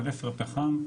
אבל אפר פחם,